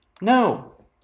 No